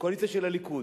לקואליציה של הליכוד,